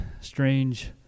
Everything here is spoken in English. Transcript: strange